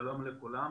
שלום לכולם.